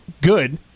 good